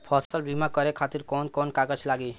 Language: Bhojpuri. फसल बीमा करे खातिर कवन कवन कागज लागी?